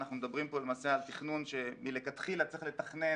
אנחנו מדברים פה למעשה על תכנון שמלכתחילה צריך לתכנן